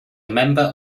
member